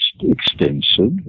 extensive